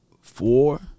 four